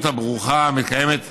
הברוכה המתקיימת בקונסרבטוריונים,